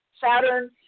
Saturn